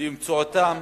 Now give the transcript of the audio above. שבאמצעותם